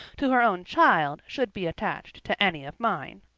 to her own child, should be attached to any of mine.